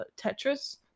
Tetris